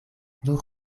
nur